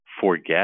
forget